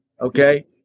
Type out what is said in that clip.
okay